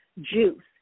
juice